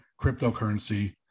cryptocurrency